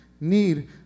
need